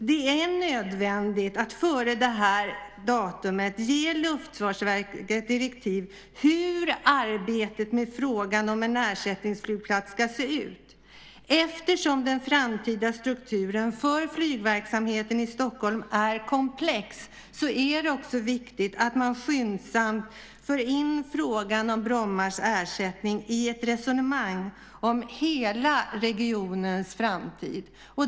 Det är nödvändigt att före detta datum ge Luftfartsverket direktiv för hur arbetet med frågan om en ersättningsflygplats ska se ut. Eftersom den framtida strukturen för flygverksamheten i Stockholm är komplex är det också viktigt att man skyndsamt för in frågan om Brommas ersättning i ett resonemang om hela regionens framtid.